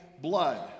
blood